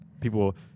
people